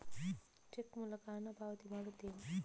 check ಮೂಲಕ ಹಣ ಪಾವತಿ ಮಾಡುತ್ತೇನೆ